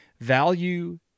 value